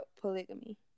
polygamy